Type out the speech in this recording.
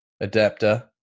adapter